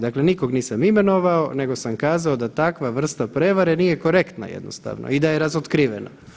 Dakle, nikog nisam imenovao, nego sam kazao da takva vrsta prevare nije korektna jednostavno i da je razotkrivena.